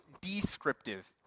descriptive